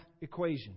equation